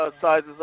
sizes